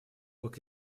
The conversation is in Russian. как